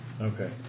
Okay